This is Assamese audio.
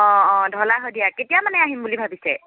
অ অ ঢলা শদিয়া কেতিয়া মানে আহিম বুলি ভাবিছে